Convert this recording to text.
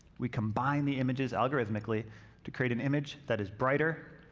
we combine the images algorithmically to create an image that is brighter,